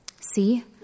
See